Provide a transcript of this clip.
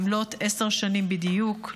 במלאות עשר שנים בדיוק,